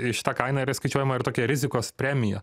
į šitą kainą yra įskaičiuojama ir tokia rizikos premija